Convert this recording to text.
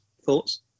Thoughts